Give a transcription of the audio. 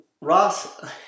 Ross